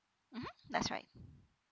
mmhmm that's right